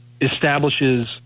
establishes